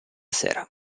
sera